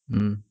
mm